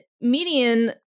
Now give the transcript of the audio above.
Median